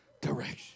direction